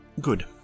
Good